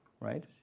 right